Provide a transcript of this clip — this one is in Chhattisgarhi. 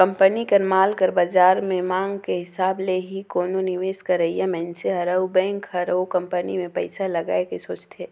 कंपनी कर माल कर बाजार में मांग के हिसाब ले ही कोनो निवेस करइया मनइसे हर अउ बेंक हर ओ कंपनी में पइसा लगाए के सोंचथे